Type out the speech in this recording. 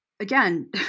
Again